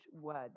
word